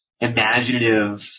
imaginative